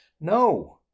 No